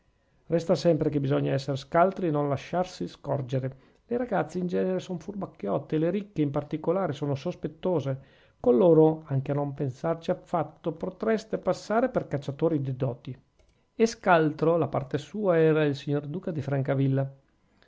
resta sempre che bisogna essere scaltri e non lasciarsi scorgere le ragazze in genere sono furbacchiotte e le ricche in particolare sono sospettose con loro anche a non pensarci affatto potreste passare per cacciatori di doti e scaltro la parte sua era il signor duca di francavilla